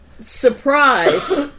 surprise